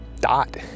dot